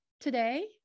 today